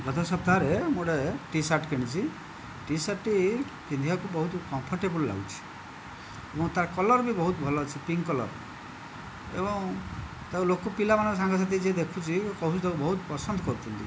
ଗତ ସପ୍ତାହରେ ମୁଁ ଗୋଟିଏ ଟି ଶାର୍ଟ କିଣିଛି ଟି ଶାର୍ଟଟି ପିନ୍ଧିବାକୁ ବହୁତ କମ୍ଫର୍ଟେବଲ ଲାଗୁଛି ମୁଁ ତା କଲର ବି ବହୁତ ଭଲ ଅଛି ପିଙ୍କ କଲର ଏବଂ ତାକୁ ଲୋକ ପିଲାମାନଙ୍କ ସାଙ୍ଗସାଥି ଯିଏ ଦେଖୁଛି କହୁଛି ତା'କୁ ବହୁତ ପସନ୍ଦ କରୁଛନ୍ତି